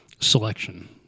selection